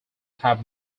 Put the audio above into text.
have